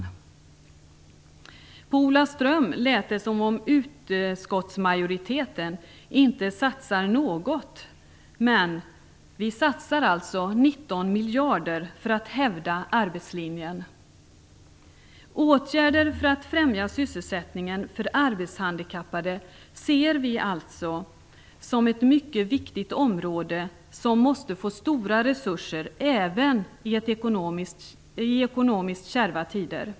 Av det Ola Ström sade lät det som om utskottsmajoriteten inte satsar något, men vi satsar alltså 19 miljarder för att hävda arbetslinjen. Åtgärder för att främja sysselsättningen för arbetshandikappade ser vi alltså som något mycket viktigt, som måste få stora resurser även i ekonomiskt kärva tider.